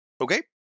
Okay